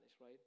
right